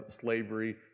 slavery